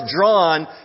drawn